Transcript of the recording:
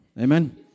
amen